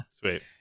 Sweet